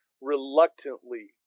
reluctantly